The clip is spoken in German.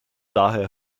daher